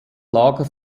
lager